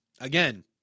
again